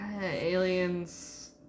Aliens